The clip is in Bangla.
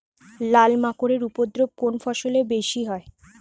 লাল মাকড় এর উপদ্রব কোন ফসলে বেশি হয়?